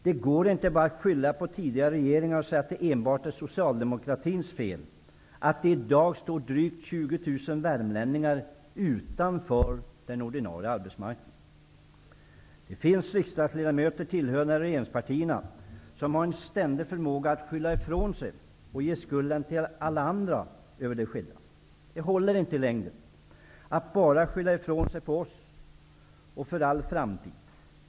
Det går inte att bara skylla på tidigare regeringar och säga att det enbart är Socialdemokraternas fel att det i dag står 20 000 värmlänningar utanför en ordinarie arbetsmarknaden. Det finns riksdagsledmöter tillhörande regeringspartierna som har en ständig förmåga att skylla ifrån sig och ge skulden för det skedda till alla andra. Det håller inte i längden att bara skylla ifrån sig på oss för all framtid.